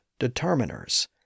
determiners